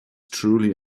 truly